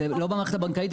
זה לא במערכת הבנקאית.